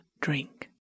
drink